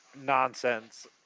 nonsense